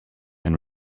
and